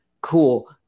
cool